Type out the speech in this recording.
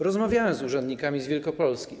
Rozmawiałem z urzędnikami z Wielkopolski.